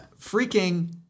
freaking